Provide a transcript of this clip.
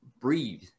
breathe